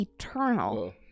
eternal